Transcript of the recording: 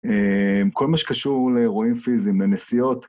עם כל מה שקשור לאירועים פיזיים, לנסיעות.